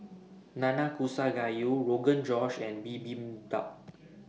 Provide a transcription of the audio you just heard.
Nanakusa Gayu Rogan Josh and Bibimbap